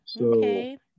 Okay